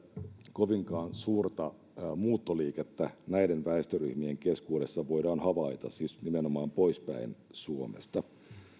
kovinkaan suurta muuttoliikettä näiden väestöryhmien keskuudessa voidaan havaita nimenomaan poispäin suomesta